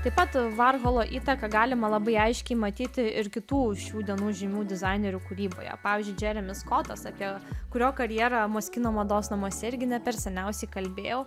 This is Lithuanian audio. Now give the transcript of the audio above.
taip pat varholo įtaką galima labai aiškiai matyti ir kitų šių dienų žymių dizainerių kūryboje pavyzdžiui džeremis skotas apie kurio karjera mūsų kino mados namuose irgi ne per seniausiai kalbėjau